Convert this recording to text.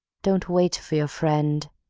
don't wait for your friend.